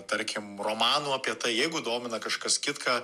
tarkim romanų apie tai jeigu domina kažkas kitka